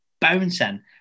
bouncing